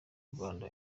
rwanda